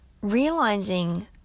realizing